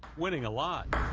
winning a lot.